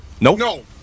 No